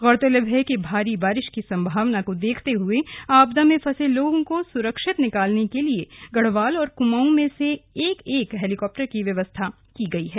गौरतलब है कि भारी बारिश की सम्भावना को देखते हुए आपदा में फंसे लोगों को सुरक्षित निकालने के लिए गढ़वाल और कुमाऊँ में एक एक हेलीकाप्टर की व्यवस्था की गई है